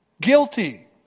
guilty